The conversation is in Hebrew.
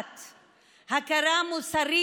1. הכרה מוסרית,